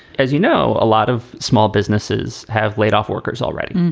as you know, a lot of small businesses have laid off workers already.